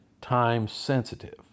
time-sensitive